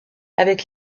avec